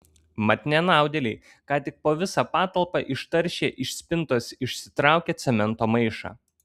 mat nenaudėliai ką tik po visą patalpą ištaršė iš spintos išsitraukę cemento maišą